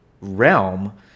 realm